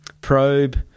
Probe